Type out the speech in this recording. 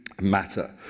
matter